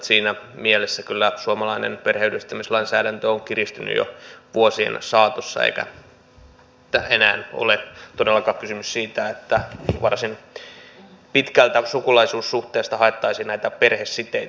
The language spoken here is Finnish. siinä mielessä kyllä suomalainen perheenyhdistämislainsäädäntö on kiristynyt jo vuosien saatossa eikä enää ole todellakaan kysymys siitä että varsin pitkältä sukulaisuussuhteista haettaisiin näitä perhesiteitä